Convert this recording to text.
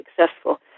successful